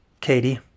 Katie